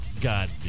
God